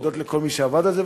להודות לכל מי שעבד על זה,